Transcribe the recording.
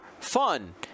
Fun